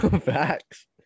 Facts